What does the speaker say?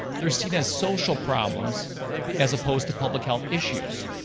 they're seen as social problems as opposed to public health issues.